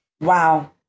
Wow